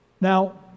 Now